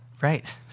Right